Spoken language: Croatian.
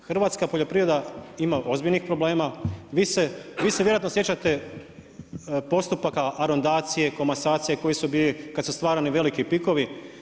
Hrvatska poljoprivreda ima ozbiljnih problema, vi se vjerojatno sjećate postupaka arondacije, komasacije koji su bili kada su stvarani veliki pikovi.